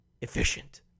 efficient